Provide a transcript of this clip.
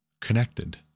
connected